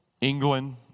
England